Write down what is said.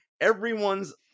Everyone's